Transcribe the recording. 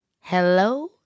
Hello